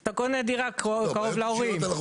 אתה קונה דירה קרוב להורים.